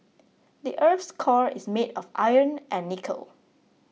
the earth's core is made of iron and nickel